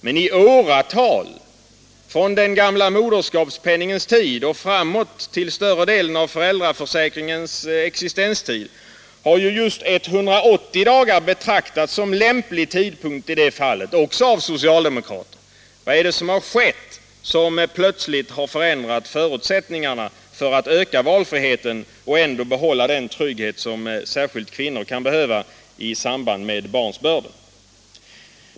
Men i åratal, från den gamla moderskapspenningens tid och under större delen av föräldraförsäkringens existenstid, har just 180 dagar betraktats som lämplig tid i det fallet — också av socialdemokrater. Vad är det som har skett som plötsligt har förändrat förutsättningarna för att öka valfriheten och ändå behålla den trygghet som särskilt kvinnor kan behöva i samband med barnsbörd?